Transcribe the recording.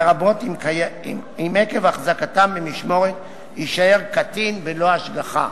לרבות אם עקב החזקתם במשמורת יישאר קטין בלא השגחה,